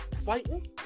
fighting